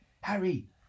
Harry